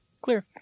Clear